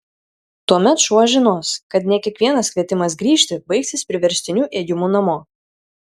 tuomet šuo žinos kad ne kiekvienas kvietimas grįžti baigsis priverstiniu ėjimu namo